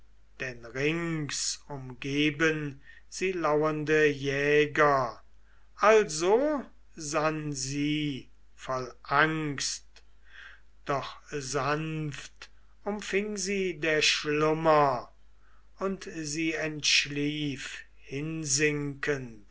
denn rings umgeben sie lauernde jäger also sann sie voll angst doch sanft umfing sie der schlummer und sie entschlief hinsinkend